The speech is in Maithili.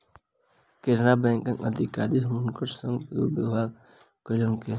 केनरा बैंकक अधिकारी हुनकर संग दुर्व्यवहार कयलकैन